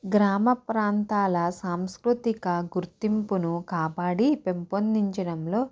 గ్రామ ప్రాంతాల సాంస్కృతిక గుర్తింపును కాపాడి పెంపొందించడంలో